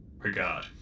regard